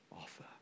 offer